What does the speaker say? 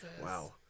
Wow